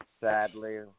sadly